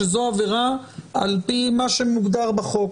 שזו עבירה על-פי מה שמוגדר בחוק.